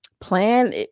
plan